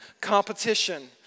competition